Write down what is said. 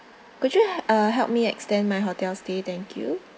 could you he~ uh help me extend my hotel stay thank you